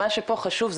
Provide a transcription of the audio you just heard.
מה שפה חשוב,